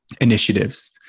initiatives